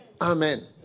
amen